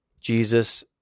Jesus